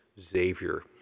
Xavier